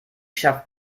schafft